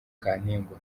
kantengwa